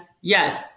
yes